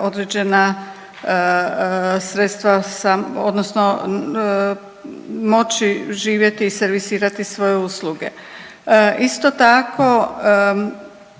određena sredstva sa odnosno moći živjeti i servisirati svoje usluge. Isto tako